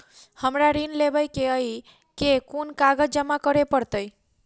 हमरा ऋण लेबै केँ अई केँ कुन कागज जमा करे पड़तै?